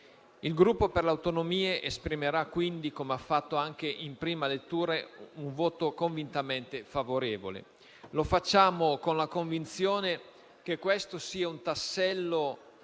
Il Gruppo per le Autonomie esprimerà quindi - come ha fatto anche in prima lettura - un voto convintamente favorevole al disegno di legge. Lo facciamo con la convinzione che questo sia un tassello